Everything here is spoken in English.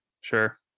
Sure